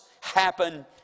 happen